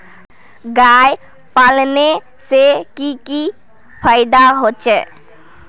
गाय पालने से की की फायदा होचे?